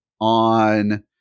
on